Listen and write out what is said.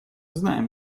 знаем